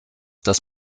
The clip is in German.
das